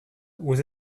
aux